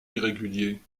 irrégulier